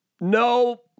No